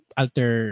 alter